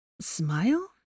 smile